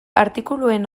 artikuluen